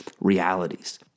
realities